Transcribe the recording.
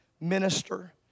minister